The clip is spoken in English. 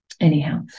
Anyhow